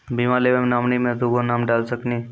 बीमा लेवे मे नॉमिनी मे दुगो नाम डाल सकनी?